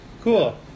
Cool